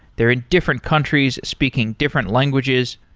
they're in different countries speaking different languages.